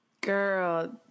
girl